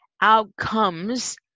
outcomes